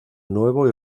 nuevo